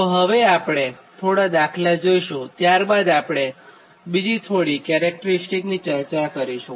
તો હવે આપણે થોડા દાખલા જોઇશું અને ત્યારબાદ આપણે બીજી થોડી કેરેક્ટરીસ્ટીકની ચર્ચા કરીશું